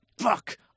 Fuck